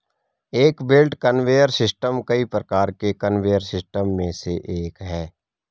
एक belt conveyor system कई प्रकार के कन्वेयर सिस्टम में से एक है